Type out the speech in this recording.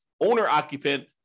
owner-occupant